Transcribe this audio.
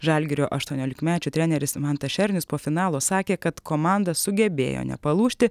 žalgirio aštuoniolikmečių treneris mantas šernius po finalo sakė kad komanda sugebėjo nepalūžti